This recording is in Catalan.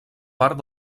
part